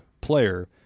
player